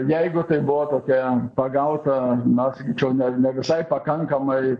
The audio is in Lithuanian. jeigu tai buvo tokia pagauta na sakyčiau ne ne visai pakankama ir